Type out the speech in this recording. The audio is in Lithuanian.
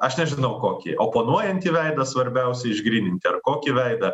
aš nežinau kokį oponuojantį veidą svarbiausia išgryninti ar kokį veidą